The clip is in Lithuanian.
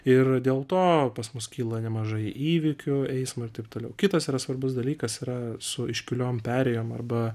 ir dėl to pas mus kyla nemažai įvykių eismo ir taip toliau kitas yra svarbus dalykas yra su iškiliom perėjom arba